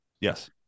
Yes